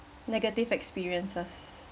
negative experiences